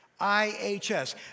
IHS